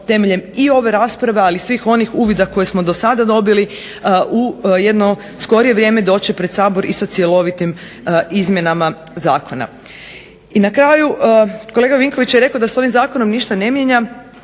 temeljem i ove rasprave, ali i svih onih uvida koje smo dosada dobili u jedno skorije vrijeme doći pred Sabor i sa cjelovitim izmjenama zakona. I na kraju kolega Vinković je rekao da se ovim zakonom ništa ne mijenja.